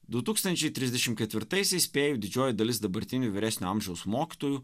du tūkstančiai trisdešim ketvirtaisiais spėju didžioji dalis dabartinių vyresnio amžiaus mokytojų